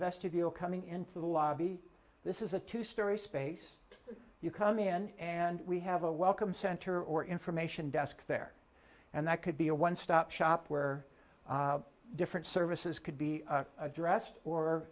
vestibule coming into the lobby this is a two story space you come in and we have a welcome center or information desk there and that could be a one stop shop where different services could be addressed